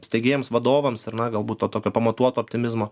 steigėjams vadovams ar na galbūt to tokio pamatuoto optimizmo